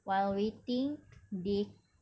while waiting they